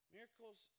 Miracles